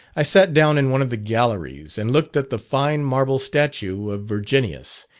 i sat down in one of the galleries and looked at the fine marble statue of virginius,